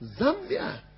Zambia